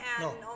No